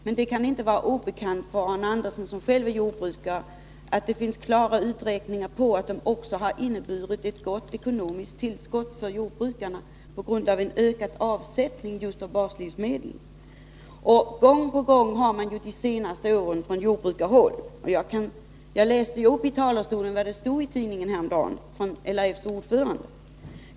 Men det kan inte vara obekant för Arne Andersson, som själv är jordbrukare, att det finns uträkningar som klart visar att de också har inneburit ett gott ekonomiskt tillskott för jordbrukarna på grund av ökad avsättning av just baslivsmedel. Jag läste ju nyss från talarstolen upp vad det stod i tidningen häromdagen att LRF:s ordförande sagt.